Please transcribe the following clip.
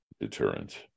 deterrent